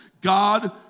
God